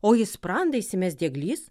o į sprandą įsimes dieglys